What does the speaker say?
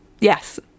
Yes